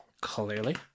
clearly